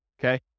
okay